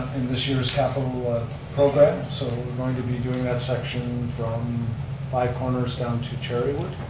this year's capital program, so we're going to be doing that section from five corners down to cherrywood